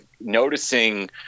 noticing